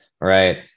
right